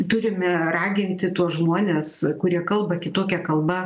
turime raginti tuos žmones kurie kalba kitokia kalba